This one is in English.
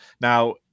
now